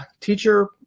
Teacher